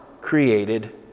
created